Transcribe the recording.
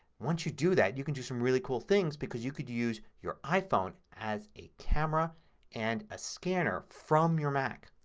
once you do that you can do some really cool things because you can use your iphone as a camera and a scanner from your mac.